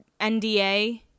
NDA